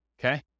Okay